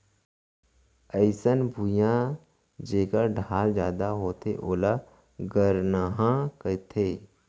अइसन भुइयां जेकर ढाल जादा होथे ओला गरनहॉं कथें